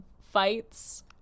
fights